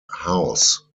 house